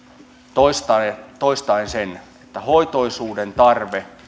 toistan että henkilöstö pitää mitoittaa sen mukaan mikä on hoitoisuuden tarve